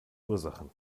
ursachen